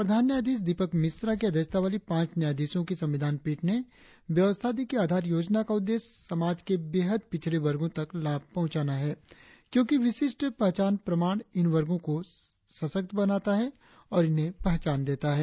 प्रधान न्यायाधीश दीपक मिश्रा की अध्यक्षता वाली पांच न्यायाधीशों की संविधान पीठ ने व्यवस्था दी कि आधार योजना का उद्देश्य समाज के बेहद पिछड़े वर्गो तक लाभ पहुंचाना है क्योंकि विशिष्ठ पहचान प्रमाण इन वर्गों को सशक्त बनाता है और इन्हें पहचान देता है